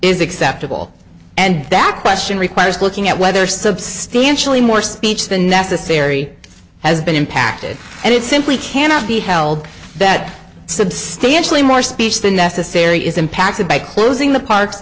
is acceptable and that question requires looking at whether substantially more speech the necessary has been impacted and it simply cannot be held that substantially more speech than necessary is impacted by closing the park